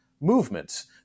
movements